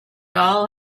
all